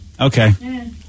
Okay